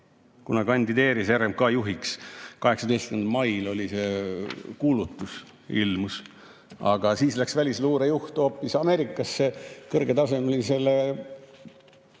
ta kandideeris RMK juhiks? 18. mail see kuulutus ilmus, aga siis läks välisluure juht hoopis Ameerikasse kõrgetasemelisele